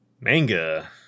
manga